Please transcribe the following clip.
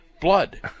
blood